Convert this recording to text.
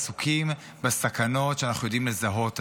עסוקים בסכנות שאנחנו יודעים לזהות היום.